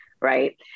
right